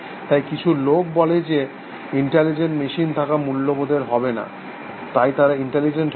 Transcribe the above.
তাই কিছু লোক বলে যে ইন্টেলিজেন্ট মেশিন থাকা মূল্যবোধের হবে না তাই তারা ইন্টেলিজেন্ট হবে না